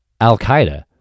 Al-Qaeda